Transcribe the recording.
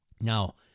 Now